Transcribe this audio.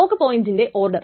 lock പോയിന്റിന്റെ order